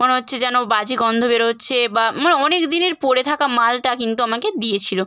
মনে হচ্ছে যেন বাজে গন্ধ বেরোচ্ছে বা মানে অনেক দিনের পড়ে থাকা মালটা কিন্তু আমাকে দিয়েছিল